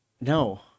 no